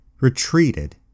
retreated